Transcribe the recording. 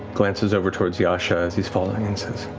glances over towards yasha as he's falling and says,